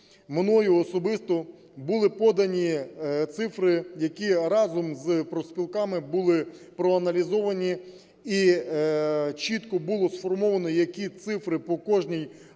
мною особисто були подані цифри, які разом з профспілками були проаналізовані. І чітко було сформовано, які цифри по кожній